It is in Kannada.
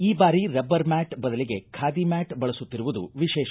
ಈ ಬಾರಿ ರಬ್ಬರ್ ಮ್ಯಾಟ್ ಬದಲಿಗೆ ಖಾದಿ ಮ್ಯಾಟ್ ಬಳಸುತ್ತಿರುವುದು ವಿಶೇಷ